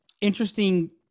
interesting